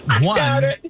One